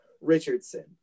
Richardson